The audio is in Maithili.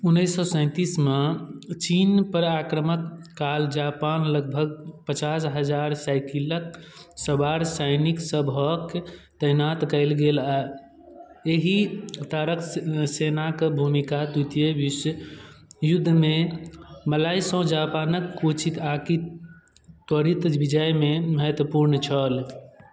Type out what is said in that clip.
उनैस सओ सैँतिसमे चीनपर आक्रमण काल जापान लगभग पचास हजार साइकिलक सवार सैनिक सबके तैनात कएल गेल हैत एहि प्रकारके सेनाके भूमिका तृतीय विश्वयुद्धमे मलयसँ जापानके कोछिकआकि त्वरित विजयमे महत्वपूर्ण छल